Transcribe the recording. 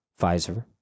Pfizer